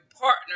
partner